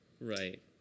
Right